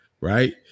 right